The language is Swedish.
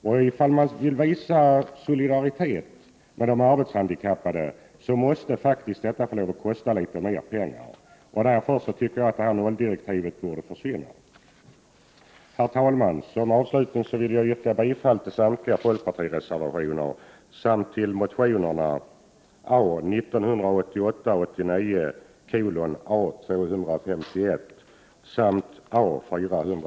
Om regeringen vill visa solidaritet med de arbetshandikappade måste detta få kosta litet mer pengar. Därför anser jag att detta 0-direktiv skall tas bort. Herr talman! Avslutningsvis vill jag yrka bifall till samtliga folkpartireservationer.